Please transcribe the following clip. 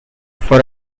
for